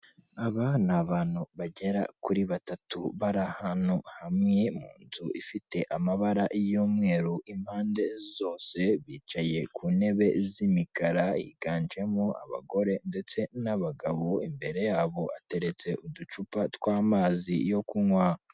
Aba ni abantu bagera kuri batatu, bari ahantu hamwe, mu nzu ifite amabara y'umweru impande zose, bicaye ku ntebe z'imikara, higanjemo abagore ndetse n'abagabo, imbere yabo hateretse uducupa tw'amazi yo kunywa.